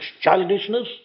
childishness